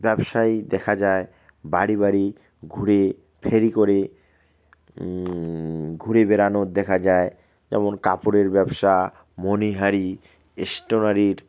ব্যবসায় দেখা যায় বাড়ি বাড়ি ঘুরে ফেরি করে ঘুরে বেরানোর দেখা যায় যেমন কাপড়ের ব্যবসা মণিহারি স্টেশনারি